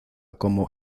como